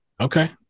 okay